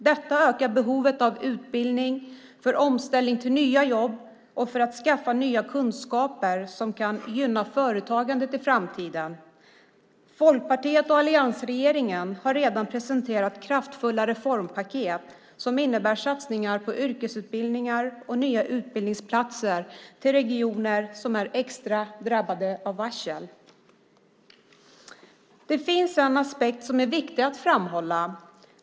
Detta ökar behovet av utbildning för omställning till nya jobb och för att skaffa nya kunskaper som kan gynna företagandet i framtiden. Folkpartiet och alliansregeringen har redan presenterat kraftfulla reformpaket som innebär satsningar på yrkesutbildningar och nya utbildningsplatser till regioner som är extra drabbade av varsel. Det finns en aspekt som är viktig att framhålla.